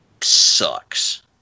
sucks